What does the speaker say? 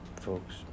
folks